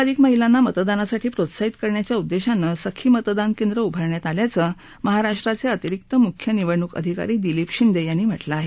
अधिकाधिक महिलांना मतदानासाठी प्रोत्साहित करण्याच्या उद्देशानं सखी मतदान केंद्र उभारण्यात आल्याचं महाराष्ट्राचे अतिरिक्त मुख्य निवडणूक अधिकारी दिलीप शिंदे यांनी म्हटलं आहे